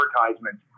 advertisements